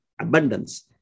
abundance